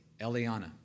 Eliana